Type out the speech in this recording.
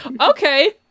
Okay